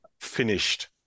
finished